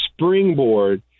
springboard